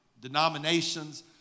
denominations